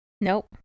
Nope